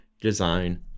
design